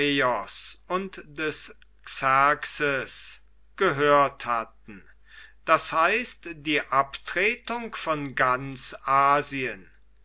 und des xerxes gehört hatten das heißt die abtretung von ganz asien